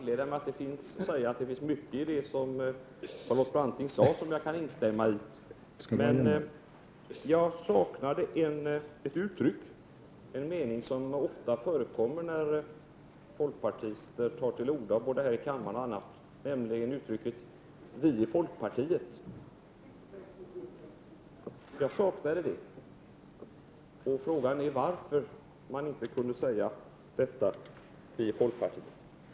Herr talman! Jag vill inleda med att påpeka att jag kan instämma i mycket av det som Charlotte Branting sade. Men jag saknade i hennes anförande ett uttryck, en mening som ofta förekommer när folkpartister tar till orda både här i kammaren och på andra platser, nämligen uttrycket ”vi i folkpartiet”. Jag saknade detta uttryck. Frågan är varför Charlotte Branting inte kunde använda sig av detta uttryck.